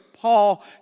Paul